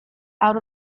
out